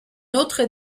autre